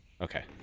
Okay